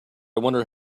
wonder